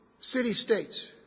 city-states